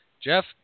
Jeff